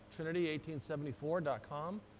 trinity1874.com